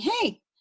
Hey